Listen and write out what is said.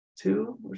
two